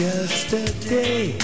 Yesterday